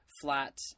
flat